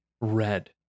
Red